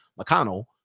mcconnell